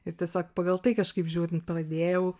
ir tiesiog pagal tai kažkaip žiūrint pradėjau